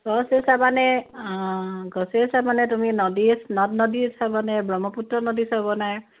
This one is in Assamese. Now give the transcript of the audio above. গছে চাবানে অঁ গছে চাবানে তুমি নদী নদ নদী চাবানে ব্ৰহ্মপুত্ৰ নদী চাবানে